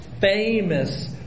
famous